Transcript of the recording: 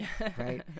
right